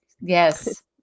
yes